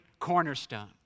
cornerstone